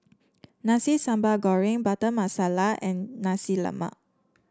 Nasi Sambal Goreng Butter Masala and Nasi Lemak